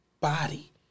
body